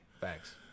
Thanks